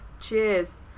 Cheers